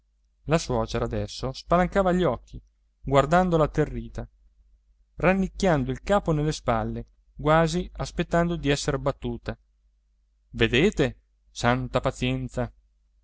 la suocera adesso spalancava gli occhi guardandola atterrita rannicchiando il capo nelle spalle quasi aspettando di essere battuta vedete santa pazienza